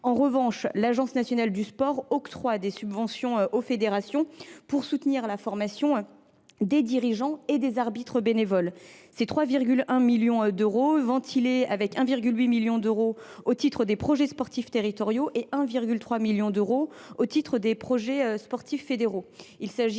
En revanche, l’Agence nationale du sport octroie des subventions aux fédérations pour soutenir la formation des dirigeants et des arbitres bénévoles pour un total de 3,1 millions d’euros, ventilé de la façon suivante : 1,8 million d’euros au titre des projets sportifs territoriaux et 1,3 million d’euros au titre des projets sportifs fédéraux.